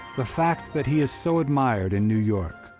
the fact that he is so admired in new york,